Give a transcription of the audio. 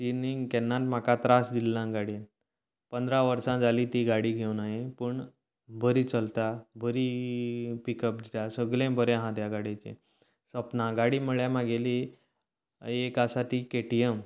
तिणी केन्नाच म्हाका त्रास दिलना गाडयेन पंदरा वर्सा जाली ती गाडी घेवन हायें पूण बरी चलता बरी पीक अप दिता सगळें बरें आहा त्या गाडयेचे सपनां गाडी म्हळ्यार म्हागेली एक आसा ती के टी एम